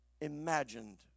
imagined